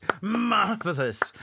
Marvelous